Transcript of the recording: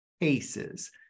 cases